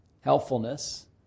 helpfulness